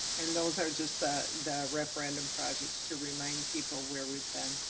and those are just that that referendum projects to remind people where we've been.